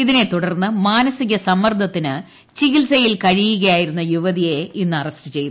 ഇതിനെ തുടർന്ന് മാനസിക സമ്മർദ്ദത്തിന് ചികിത്സയിൽ കഴിയുകയായിരുന്ന യുവതിയെ ഇന്ന് അറസ്റ്റ് ചെയ്തു